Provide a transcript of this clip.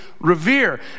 revere